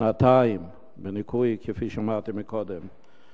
שנתיים בניכוי, כפי שאמרתי קודם.